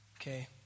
Okay